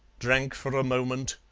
drank for a moment,